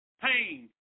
Pain